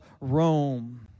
Rome